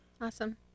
Awesome